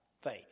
faith